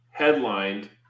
Headlined